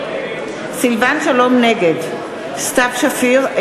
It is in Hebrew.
נגד סתיו שפיר,